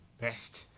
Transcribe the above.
best